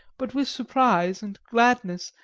but, with surprise and gladness,